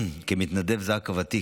כמתנדב זק"א ותיק,